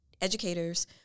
educators